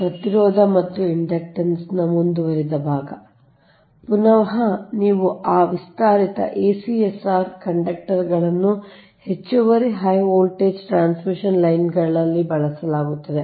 ಪ್ರತಿರೋಧ ಮತ್ತು ಇಂಡಕ್ಟನ್ಸ್ ಮುಂದುವರಿದ ಭಾಗ ಪುನಃ ನೀವು ಆ ವಿಸ್ತರಿತ ACSR ಕಂಡಕ್ಟರ್ಗಳನ್ನು ಹೆಚ್ಚುವರಿ ಹೈ ವೋಲ್ಟೇಜ್ ಟ್ರಾನ್ಸ್ಮಿಷನ್ ಲೈನ್ನಲ್ಲಿ ಬಳಸಲಾಗುತ್ತದೆ